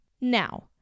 Now